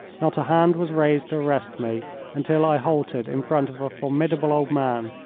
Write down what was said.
not a hand was raised to arrest me until i halted in front of a formidable old man,